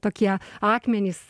tokie akmenys